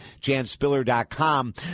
janspiller.com